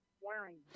wearing